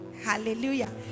Hallelujah